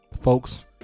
folks